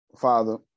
Father